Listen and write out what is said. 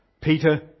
Peter